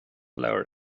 leabhar